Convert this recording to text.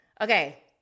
Okay